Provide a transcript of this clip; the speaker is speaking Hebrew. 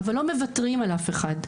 אבל לא מוותרים על אף אחד,